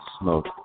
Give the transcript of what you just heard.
smoke